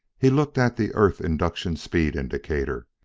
he looked at the earth-induction speed-indicator.